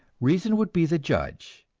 reason would be the judge,